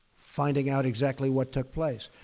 finding out exactly what took place.